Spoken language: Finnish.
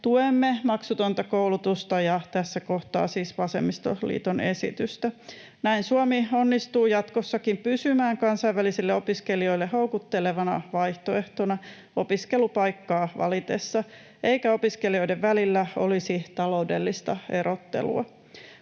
tuemme maksutonta koulutusta ja tässä kohtaa siis vasemmistoliiton esitystä. Näin Suomi onnistuu jatkossakin pysymään kansainvälisille opiskelijoille houkuttelevana vaihtoehtona opiskelupaikkaa valittaessa eikä opiskelijoiden välillä olisi taloudellista erottelua.